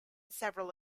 several